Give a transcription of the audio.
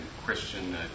Christian